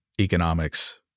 economics